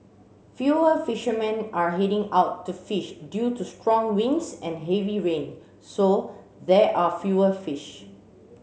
fewer fishermen are heading out to fish due to strong winds and heavy rain so there are fewer fish